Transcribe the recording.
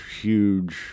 huge